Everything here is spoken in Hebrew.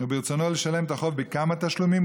וברצונו לשלם את החוב בכמה תשלומים,